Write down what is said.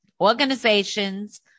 organizations